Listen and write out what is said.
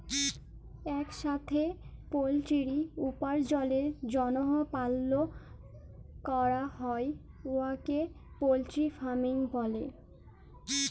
ইকসাথে পলটিরি উপার্জলের জ্যনহে পালল ক্যরা হ্যয় উয়াকে পলটিরি ফার্মিং ব্যলে